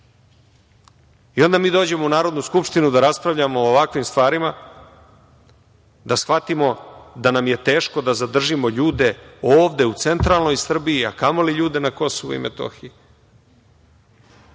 onda mi dođemo u Narodnu skupštinu da raspravljamo o ovakvim stvarima, da shvatimo da nam je teško da zadržimo ljude ovde u centralnoj Srbiji, a kamoli ljude na KiM i